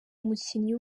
umukinnyi